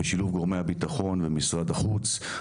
בשילוב גורמי הביטחון ומשרד החוץ.